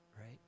Right